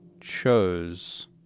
chose